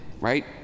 right